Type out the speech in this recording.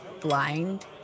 blind